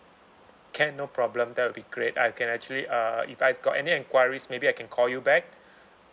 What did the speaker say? can no problem that will be great I can actually uh if I got any enquiries maybe I can call you back